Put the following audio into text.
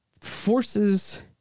forces